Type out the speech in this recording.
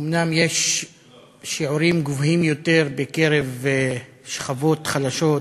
אומנם יש שיעורים גבוהים יותר בקרב שכבות חלשות ועניות,